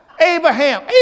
Abraham